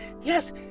yes